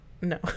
No